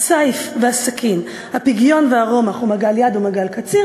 "הסיף והסכין והפגיון והרומח ומגל יד ומגל קציר,